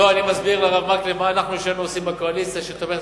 אני מסביר לרב מקלב מה אנחנו שנינו עושים בקואליציה שתומכת,